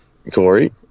Corey